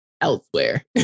elsewhere